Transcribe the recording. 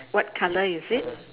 what colour is it